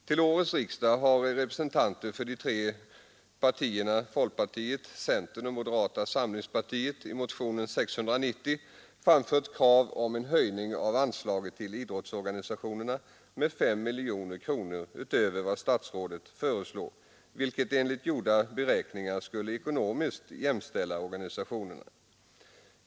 Till årets riksdag har representanter för folkpartiet, centerpartiet och moderata samlingspartiet i motionen 690 framfört krav om en höjning av anslaget till idrottsorganisationerna med 5 miljoner kronor utöver vad statsrådet föreslår, vilket enligt gjorda beräkningar skulle ekonomiskt jämställa organisationerna.